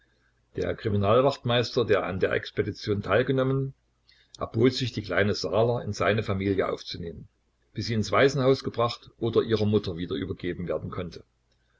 der kriminalwachtmeister der an der expedition teilgenommen erbot sich die kleine saaler in seine familie aufzunehmen bis sie ins waisenhaus gebracht oder ihrer mutter wieder übergeben werden konnte